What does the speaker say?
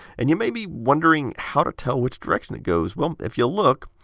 and you may be wondering how to tell which direction it goes. well, if you look,